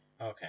Okay